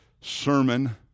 sermon